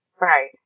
Right